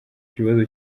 ikibazo